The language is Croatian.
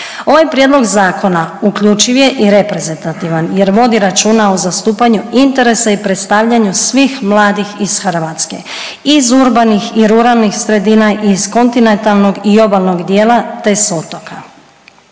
Ovaj prijedlog zakona uključiv je i reprezentativan jer vodi računa o zastupanju interesa i predstavljanju svih mladih iz Hrvatske, iz urbanih i ruralnih sredina, iz kontinentalnog i obalnog dijela te s otoka.